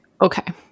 okay